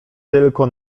tylko